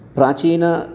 प्राचीनम्